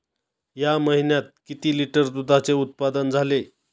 या महीन्यात किती लिटर दुधाचे उत्पादन झाले?